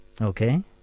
Okay